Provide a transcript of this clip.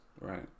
right